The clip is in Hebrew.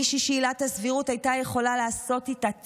מישהי שעילת הסבירות הייתה יכולה לעשות איתה צדק,